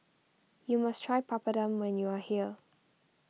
you must try Papadum when you are here